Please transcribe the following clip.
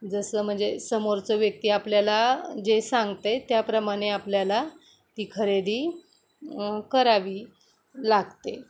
जसं म्हणजे समोरचं व्यक्ती आपल्याला जे सांगतं आहे त्याप्रमाणे आपल्याला ती खरेदी करावी लागते